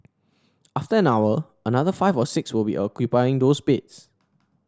after an hour another five or six will be occupying those beds